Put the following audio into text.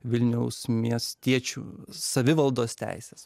vilniaus miestiečių savivaldos teisės